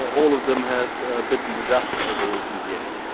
all of them have ah bitten the dust over recent years.